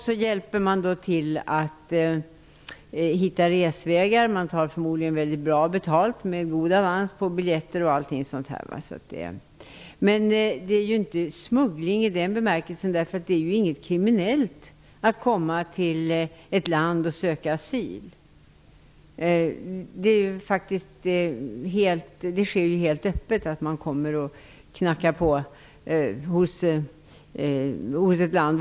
De hjälper till att hitta resvägar, och de tar förmodligen bra betalt -- med god avans -- för biljetter och sådant. Men detta handlar ju inte om smuggling i ordets egentliga bemärkelse. Det är inte kriminellt att komma till ett land och söka asyl. Det sker helt öppet att människor vill komma in i ett land.